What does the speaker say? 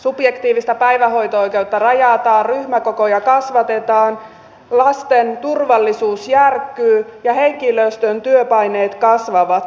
subjektiivista päivähoito oikeutta rajataan ryhmäkokoja kasvatetaan lasten turvallisuus järkkyy ja henkilöstön työpaineet kasvavat